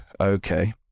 okay